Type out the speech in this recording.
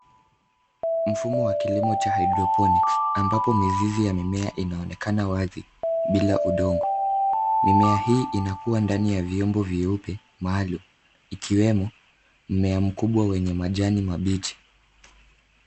Mfumo wa kilimo cha hydroponics ambapo mizizi ya mimea inaonekana wazi bila udongo. Mimea hii inakua ndani ya vyombo vyeupe maalum ikiwemo mmea mkubwa wenye majani mabichi.